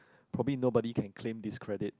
probably nobody can claim this credit